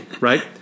Right